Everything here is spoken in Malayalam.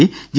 G G